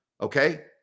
Okay